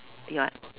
ya